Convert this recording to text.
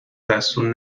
دستور